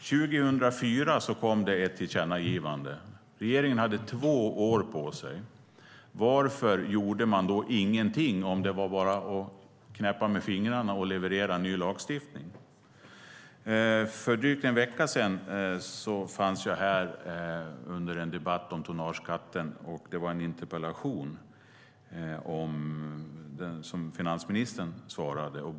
År 2004 kom det ett tillkännagivande. Regeringen hade två år på sig. Varför gjorde man ingenting då, om det bara vara att knäppa med fingrarna och leverera en ny lagstiftning? För drygt en vecka sedan fanns jag här under en debatt om tonnageskatten. Det var en interpellation som finansministern svarade på.